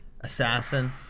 Assassin